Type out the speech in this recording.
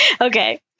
Okay